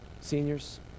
Seniors